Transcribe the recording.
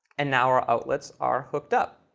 and now our outlets are hooked up.